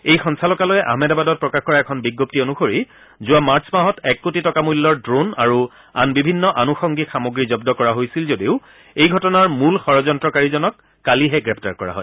এই সঞ্চালকালয়ে আহমেদাবাদত প্ৰকাশ কৰা এখন বিজপ্তি অনূসৰি যোৱা মাৰ্চ মাহত এক কোটি টকা মূল্যৰ ড্ৰোণ আৰু আন বিভিন্ন আনুসংগিক সামগ্ৰী জন্দ কৰা হৈছিল যদিও এই ঘটনাৰ মূল ষড্যন্ত্ৰকাৰীজনক কালিহে গ্ৰেপ্তাৰ কৰা হয়